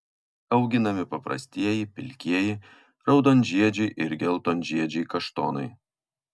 auginami paprastieji pilkieji raudonžiedžiai ir geltonžiedžiai kaštonai